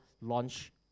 launch